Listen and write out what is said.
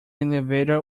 elevator